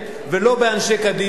ולא באנשי קדימה,